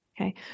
Okay